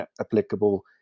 applicable